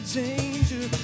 danger